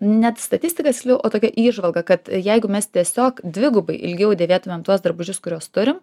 net statistika sliau o tokia įžvalga kad jeigu mes tiesiog dvigubai ilgiau dėvėtumėm tuos drabužius kuriuos turim